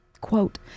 Quote